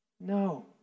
No